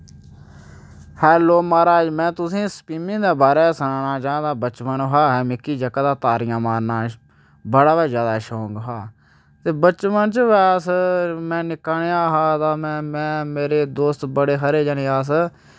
hello मा'राज में तुसें ई स्वीमिंग दे बारै सनाना चाह्न्ना बचपन शा मिकी जेह्का तारियां मारने दा बड़ा गै जैदा शौक हा ते बचपन च अस में निक्का नेहा हा तां में मेरे दोस्त बड़े सारे जनें अस